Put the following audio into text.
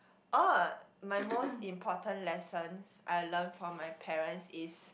oh my most important lessons I learnt from my parents is